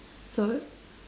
so